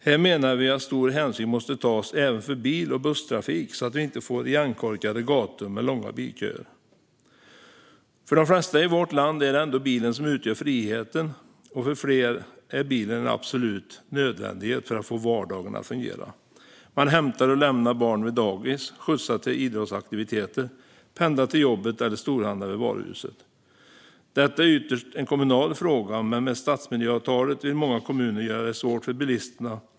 Här menar vi att stor hänsyn måste tas även till bil och busstrafik, så att man inte får igenkorkade gator med långa bilköer. För de flesta i vårt land är det ändå bilen som utgör friheten, och för än fler är bilen en absolut nödvändighet för att få vardagen att fungera. Man hämtar och lämnar barn vid dagis, skjutsar till idrottsaktiviteter, pendlar till jobbet eller storhandlar vid varuhuset. Detta är ytterst en kommunal fråga, men med stadmiljöavtalen vill många kommuner göra det svårt för bilisterna.